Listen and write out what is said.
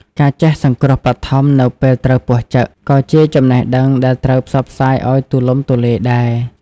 ការចេះសង្គ្រោះបឋមនៅពេលត្រូវពស់ចឹក ក៏ជាចំណេះដឹងដែលត្រូវផ្សព្វផ្សាយឱ្យទូលំទូលាយដែរ។